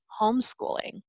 homeschooling